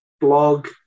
blog